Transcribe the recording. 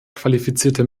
qualifizierte